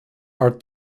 are